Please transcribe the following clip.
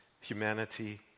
humanity